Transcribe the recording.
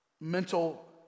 mental